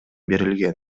берилген